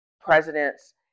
presidents